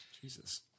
Jesus